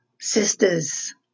sisters